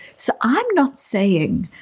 so i'm not saying,